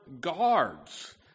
guards